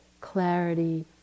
clarity